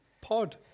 pod